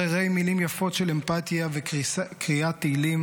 הררי מילים יפות של אמפתיה וקריאת תהילים